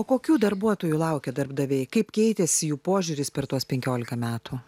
o kokių darbuotojų laukia darbdaviai kaip keitėsi jų požiūris per tuos penkiolika metų